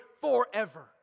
forever